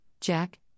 Jack